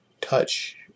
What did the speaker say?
touch